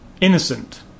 innocent